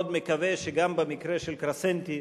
מאגודת "רופאים לזכויות אדם",